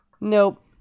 Nope